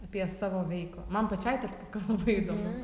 apie savo veiklą man pačiai tarp kitko labai įdomu